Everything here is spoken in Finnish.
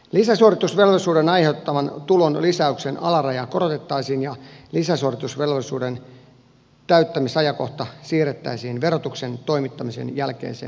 lisäsuoritusvelvollisuuden aiheuttaman tulon lisäyksen alarajaa korotettaisiin ja lisäsuoritusvelvollisuuden täyttämisajankohta siirrettäisiin verotuksen toimittamisen jälkeiseen aikaan